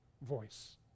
voice